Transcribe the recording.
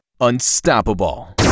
unstoppable